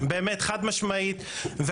חד משמעית,